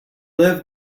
liv